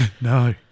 No